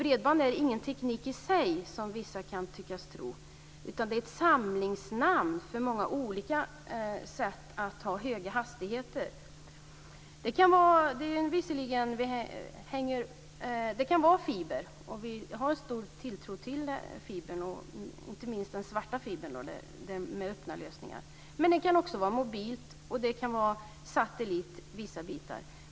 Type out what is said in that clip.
Bredband är ingen teknik i sig som vissa kan tyckas tro, utan det är ett samlingsnamn för många olika sätt att ha höga hastigheter. Det kan vara fiber. Vi har en stor tilltro till fiber, inte minst den svarta fibern, med öppna lösningar. Men det kan också vara mobilt eller via satellit vissa bitar.